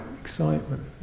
excitement